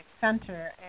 Center